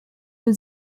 für